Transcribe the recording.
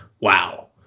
Wow